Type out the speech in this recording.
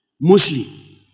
Mostly